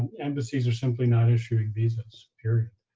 and embassies are simply not issuing visas, period.